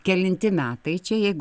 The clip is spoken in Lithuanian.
kelinti metai čia jeigu